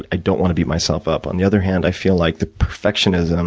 i don't wanna beat myself up, on the other hand, i feel like the perfectionism